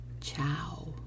Ciao